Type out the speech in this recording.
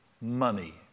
Money